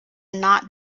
not